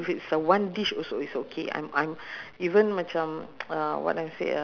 rasa rasa yishun where ah I don't know kind of I have to google lah the place